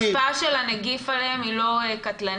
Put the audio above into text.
ההשפעה של הנגיף עליהן היא לא קטלנית,